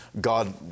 God